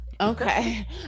Okay